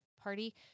party